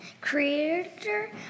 creator